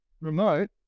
remote